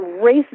race